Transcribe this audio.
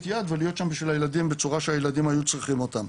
יד ולהיות שם בשביל הילדים בצורה שהילדים היו צריכים אותם.